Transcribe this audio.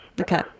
Okay